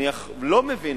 אני לא מבין,